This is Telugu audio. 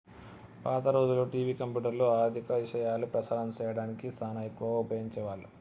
పాత రోజుల్లో టివి, కంప్యూటర్లు, ఆర్ధిక ఇశయాలు ప్రసారం సేయడానికి సానా ఎక్కువగా ఉపయోగించే వాళ్ళు